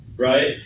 Right